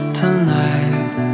tonight